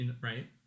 Right